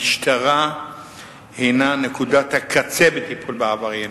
המשטרה הינה נקודת הקצה בטיפול בעבריינים.